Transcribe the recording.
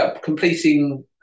completing